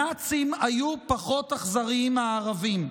הנאצים היו פחות אכזריים מהערבים.